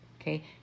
okay